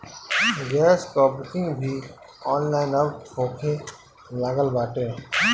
gas कअ booking भी online अब होखे लागल बाटे